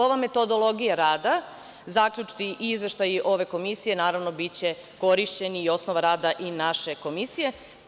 Ova metodologija rada, zaključci i izveštaji ove komisije biće korišćeni i osnova rada i naše komisije.